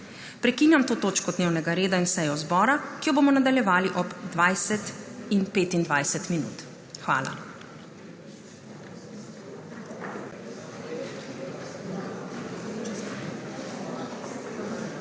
Prekinjam to točko dnevnega reda in sejo zbora, ki jo bomo nadaljevali ob 20.25. Hvala.